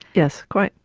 yes, quite.